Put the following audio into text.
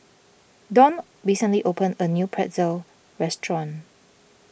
Dawn recently opened a new Pretzel restaurant